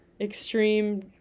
extreme